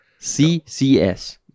CCS